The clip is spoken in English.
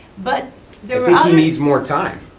but there more time,